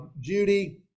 Judy